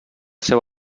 seu